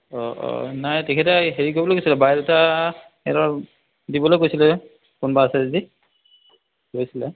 অঁ অঁ নাই তেখেতে হেৰি কৰিবলৈ কৈছিলে বায়'ডাটা এটা দিবলৈ কৈছিলে কোনোবা আছে যদি কৈছিলে